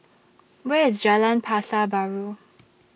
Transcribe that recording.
Where IS Jalan Pasar Baru